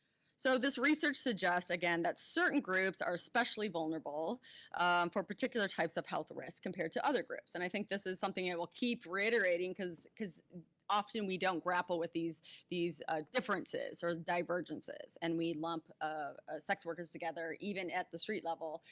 so this research suggests, again, that certain groups are especially vulnerable for particular types of health risk compared to other groups, and i think this is something that will keep reiterating because because often we don't grapple with these these differences or divergences and we lump ah sex workers together, even at the street level,